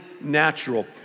natural